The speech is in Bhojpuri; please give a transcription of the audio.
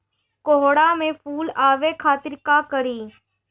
कोहड़ा में फुल आवे खातिर का करी?